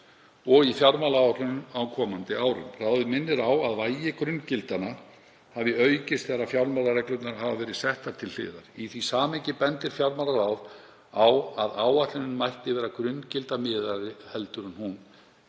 og í fjármálaáætlunum á komandi árum. Ráðið minnir á að vægi grunngildanna aukist þegar fjármálareglurnar hafa verið settar til hliðar. Í því samhengi bendir fjármálaráð á að áætlunin mætti vera grunngildamiðaðri en hún